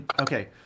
Okay